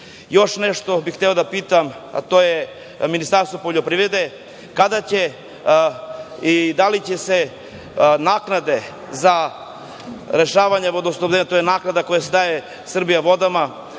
nešto bi hteo da pitam Ministarstvo poljoprivrede – kada će i da li će se naknade za rešavanje vodosnabdevanja, to je naknada koja se daje „Srbijavodama“,